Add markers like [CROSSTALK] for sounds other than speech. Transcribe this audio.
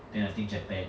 [NOISE] then I think japan